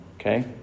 Okay